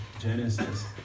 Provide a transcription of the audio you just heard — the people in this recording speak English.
Genesis